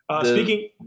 Speaking